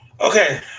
Okay